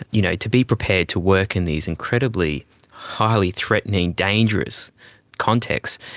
you know to be prepared to work in these incredibly highly threatening, dangerous contexts,